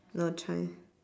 no choice